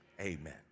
Amen